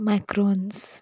microns